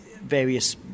various